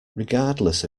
regardless